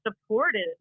supported